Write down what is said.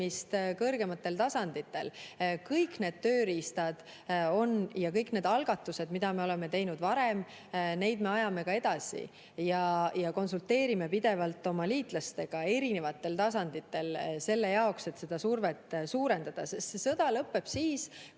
kõrgematel tasanditel. Kõik need tööriistad on. Kõiki neid algatusi, mida me oleme teinud varem, me ajame edasi ja konsulteerime pidevalt oma liitlastega erinevatel tasanditel selle jaoks, et seda survet suurendada. See sõda lõpeb siis,